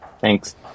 Thanks